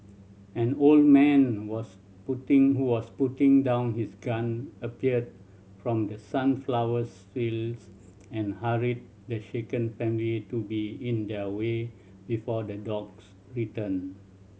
an old man was putting who was putting down his gun appeared from the sunflowers fields and hurried the shaken family to be in their way before the dogs return